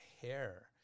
hair